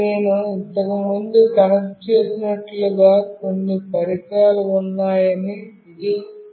ఇప్పుడు నేను ఇంతకుముందు కనెక్ట్ చేసినట్లుగా కొన్ని పరికరాలు ఉన్నాయని ఇది చూపిస్తోంది